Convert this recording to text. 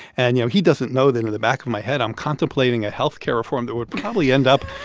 and, you know, he doesn't know that in the back of my head, i'm contemplating a health care reform that would probably end up.